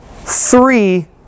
Three